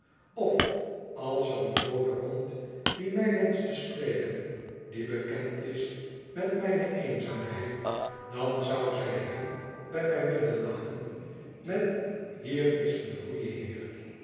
of als er een bode komt die mij wenscht te spreken die bekend is met mijne eenzaamheid dan zou zij hem bij mij binnenlaten met hier is m'n goeie heer